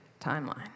timeline